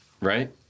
right